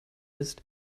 ist